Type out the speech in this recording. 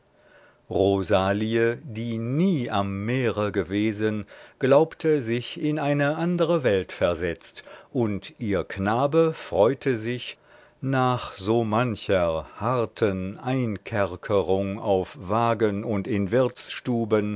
rosalie die nie am meere gewesen glaubte sich in eine andere welt versetzt und ihr knabe freute sich nach so mancher harten einkerkerung auf wagen und in